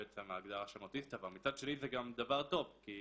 בעצם ההגדרה של אוטיסט אבל מצד שני זה גם דבר טוב כי